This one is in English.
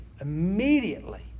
immediately